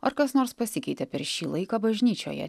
ar kas nors pasikeitė per šį laiką bažnyčioje